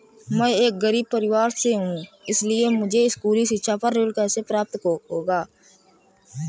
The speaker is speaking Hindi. मैं एक गरीब परिवार से हूं इसलिए मुझे स्कूली शिक्षा पर ऋण कैसे प्राप्त होगा?